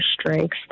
strengths